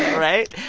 right?